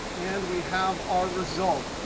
and we have our result.